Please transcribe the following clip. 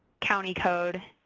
county code,